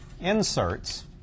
inserts